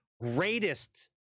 greatest